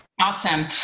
Awesome